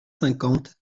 cinquante